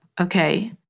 okay